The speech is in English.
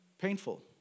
painful